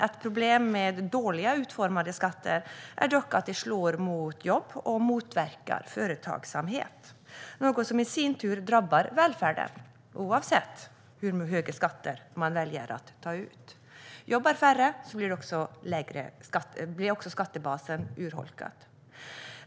Ett problem med dåligt utformade skatter är dock att de slår mot jobb och motverkar företagsamhet. Det är något som i sin tur drabbar välfärden, oavsett hur höga skatter man väljer att ta ut. Om färre jobbar blir skattebasen urholkad.